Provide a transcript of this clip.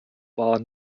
war